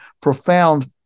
profound